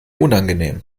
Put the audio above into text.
unangenehm